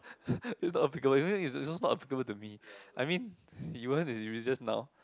this not applicable this this this is also not applicable to me I mean you want to just now